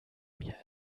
mir